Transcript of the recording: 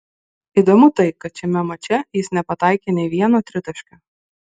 įdomu tai kad šiame mače jis nepataikė nei vieno tritaškio